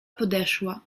podeszła